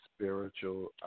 spiritual